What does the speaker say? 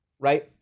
Right